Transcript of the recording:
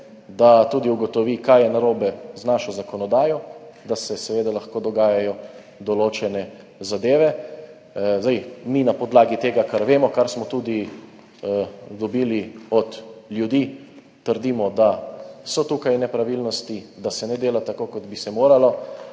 da ugotovi tudi, kaj je narobe z našo zakonodajo, da se seveda lahko dogajajo določene zadeve. Mi na podlagi tega, kar vemo, kar smo dobili tudi od ljudi, trdimo, da so tukaj nepravilnosti, da se ne dela tako, kot bi se moralo.